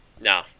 no